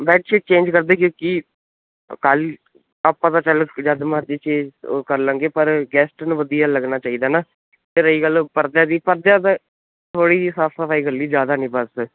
bedsheet change ਕਰਦੇ ਕਿ ਕੀ ਕਾਲੀ ਆਪਾਂ ਤਾਂ ਜਦ ਮਰਜੀ ਚੇਂਜ ਕਰਲਾਂਗੇ ਪਰ ਗੈਸਟ ਨੂੰ ਵਧੀਆ ਲੱਗਣਾ ਚਾਹੀਦਾ ਨਾ ਤੇ ਰਹੀ ਗੱਲ ਪਰਦਿਆਂ ਦੀ ਪਰਦਿਆਂ ਦਾ ਥੋੜੀ ਜੀ ਸਾਫ ਸਫਾਈ ਜਿਆਦਾ ਨਹੀਂ ਬਸ